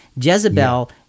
Jezebel